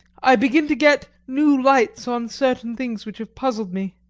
i begin to get new lights on certain things which have puzzled me.